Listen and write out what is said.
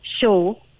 show